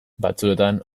batzuetan